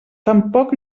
tampoc